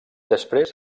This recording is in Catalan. després